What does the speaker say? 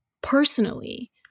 personally